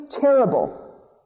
terrible